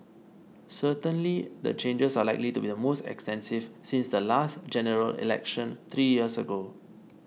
certainly the changes are likely to be the most extensive since the last General Election three years ago